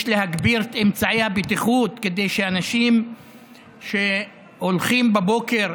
יש להגביר את אמצעי הבטיחות כדי שאנשים שהולכים בבוקר,